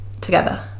together